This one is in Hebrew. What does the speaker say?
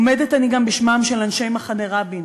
עומדת אני גם בשמם של אנשי מחנה רבין